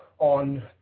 on